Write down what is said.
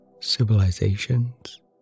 civilizations